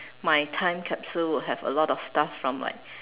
my time capsule would have a lot of stuff from like